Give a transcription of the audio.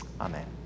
Amen